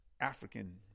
African